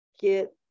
get